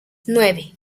nueve